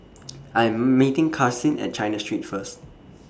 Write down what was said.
I 'm meeting Karsyn At China Street First